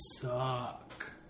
suck